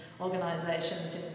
organisations